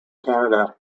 canada